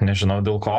nežinau dėl ko